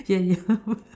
yeah yeah